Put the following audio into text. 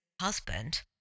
husband